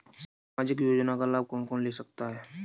सामाजिक योजना का लाभ कौन कौन ले सकता है?